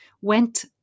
Went